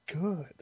good